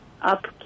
up